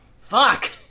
fuck